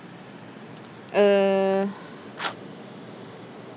uh